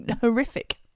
horrific